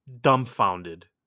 dumbfounded